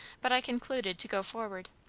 but i concluded to go forward.